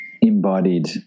embodied